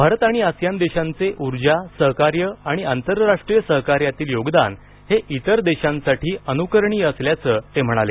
भारत आणि आसियान देशांचे ऊर्जा सहकार्य आणि आंतरराष्ट्रीय सहकार्यातील योगदान हे इतर देशांसाठी अनुकरणीय असल्याचं ते म्हणाले